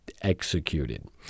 executed